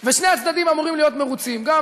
ושני הצדדים אמורים להיות מרוצים: גם